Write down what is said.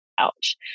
ouch